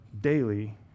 daily